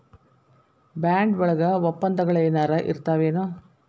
Bond ವಳಗ ವಪ್ಪಂದಗಳೆನರ ಇರ್ತಾವೆನು?